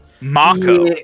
Mako